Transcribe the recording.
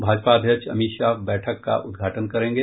भाजपा अध्यक्ष अमित शाह बैठक का उद्घाटन करेंगे